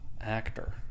Actor